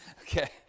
okay